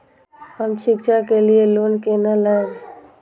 हम शिक्षा के लिए लोन केना लैब?